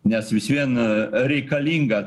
nes vis viena reikalinga